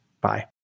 Bye